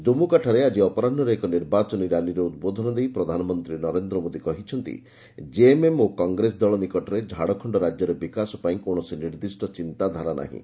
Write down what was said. ଦୁମୁକାଠାରେ ଆଜି ଅପରାହ୍ନରେ ଏକ ନିର୍ବାଚନ ରାଲିରେ ଉଦ୍ବୋଧନ ଦେଇ ପ୍ରଧାନମନ୍ତ୍ରୀ ନରେନ୍ଦ୍ର ମୋଦି କହିଛନ୍ତି ଜେଏମଏମ୍ ଓ କଂଗ୍ରେସ ଦଳ ନିକଟରେ ଝାଡଖଣ୍ଡ ରାଜ୍ୟର ବିକାଶ ପାଇଁ କୌଣସି ନିର୍ଦ୍ଧିଷ୍ଟ ଚିନ୍ତାଧାରା ନାହିଁ